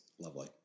lovely